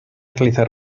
realizar